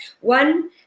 One